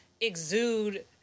exude